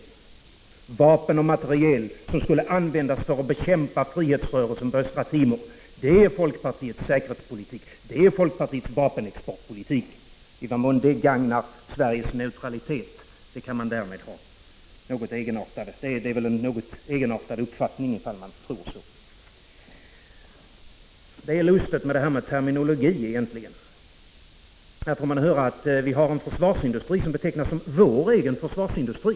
Det var export av vapen och materiel som skulle användas för att bekämpa frihetsrörelsen på Östra Timor. Detta är folkpartiets säkerhetspolitik. Detta är folkpartiets vapenexportpolitik. Att tro att den gagnar Sveriges neutralitet är att ha en något egenartad uppfattning. Detta med terminologi är lustigt. Här får man höra att vi har en försvarsindustri som betecknas som vår egen försvarsmaterielindustri.